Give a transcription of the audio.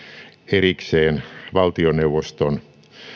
erikseen valtioneuvoston